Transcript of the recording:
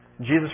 Jesus